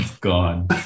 gone